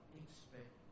expect